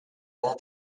hole